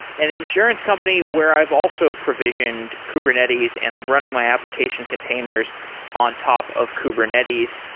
an insurance company where i've also provisioned kubernetes and i'm running my application containers on top of kubernetes.